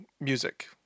music